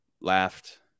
laughed